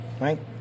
Right